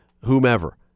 whomever